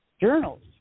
journals